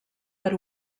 per